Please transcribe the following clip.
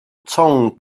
tongue